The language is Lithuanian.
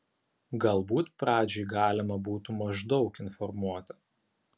galbūt pradžiai galima būtų maždaug informuoti